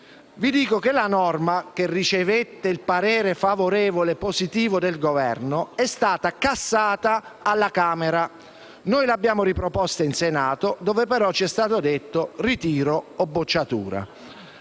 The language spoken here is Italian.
vi dico che la norma (che ricevette il parere positivo del Governo) è stata cassata alla Camera; noi l'abbiamo riproposta in Senato, dove però ci è stato detto: ritiro o bocciatura.